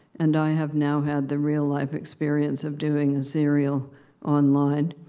and i have now had the real-life experience of doing a serial online.